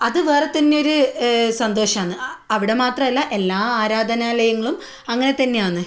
അത് വേറെ തന്നെയൊരു സന്തോഷമാണ് അ അവിടെ മാത്രമല്ല എല്ലാ ആരാധനാലയങ്ങളും അങ്ങനെ തന്നെയാണ്